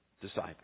disciples